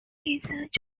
research